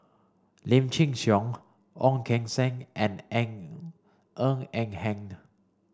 Lim Chin Siong Ong Keng Sen and Ng Eng Ng Hen